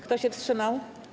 Kto się wstrzymał?